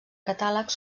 catàleg